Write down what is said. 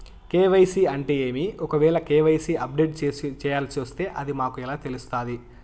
KYC అంటే ఏమి? ఒకవేల కె.వై.సి అప్డేట్ చేయాల్సొస్తే అది మాకు ఎలా తెలుస్తాది?